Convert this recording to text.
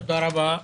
גביית ארנונה,